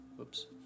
Oops